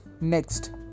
Next